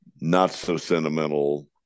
not-so-sentimental